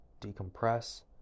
decompress